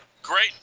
Great